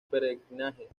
peregrinaje